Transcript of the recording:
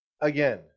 Again